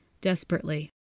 desperately